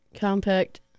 Compact